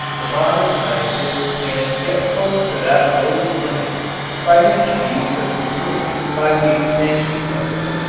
the modern scientist can get close to that lowest limit by making use of the cooling by the expansion principle.